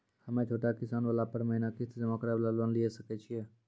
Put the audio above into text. हम्मय छोटा किस्त वाला पर महीना किस्त जमा करे वाला लोन लिये सकय छियै?